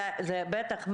בטח.